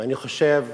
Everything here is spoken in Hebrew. ואני חושב